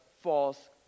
false